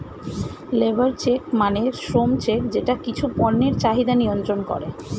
labour check মানে শ্রম check যেটা কিছু পণ্যের চাহিদা নিয়ন্ত্রন করে